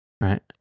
right